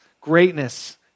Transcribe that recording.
greatness